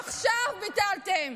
עכשיו ביטלתם.